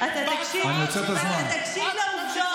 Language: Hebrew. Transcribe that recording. אתה תקשיב לעובדות,